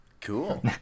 cool